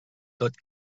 tot